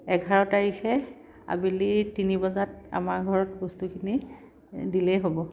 এঘাৰ তাৰিখে আবেলি তিনি বজাত আমাৰ ঘৰত বস্তুখিনি দিলেই হ'ব